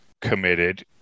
committed